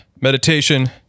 meditation